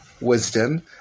Wisdom